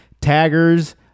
taggers